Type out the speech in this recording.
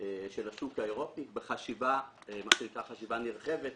של השוק האירופי במה שנקרא חשיבה נרחבת.